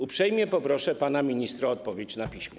Uprzejmie poproszę pana ministra o odpowiedź na piśmie.